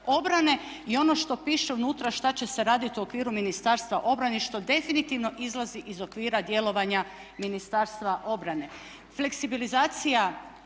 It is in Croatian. i ono što piše unutra šta će se raditi u okviru Ministarstva obrane i što definitivno izlazi iz okvira djelovanja Ministarstva obrane.